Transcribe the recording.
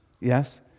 Yes